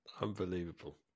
Unbelievable